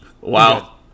Wow